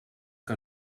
que